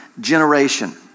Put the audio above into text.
generation